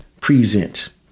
Present